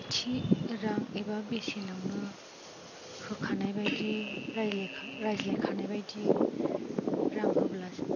थि रां एबा बेसेनावनो होखानाय बायदियै रायज्लायखानाय बायदियै रां होब्ला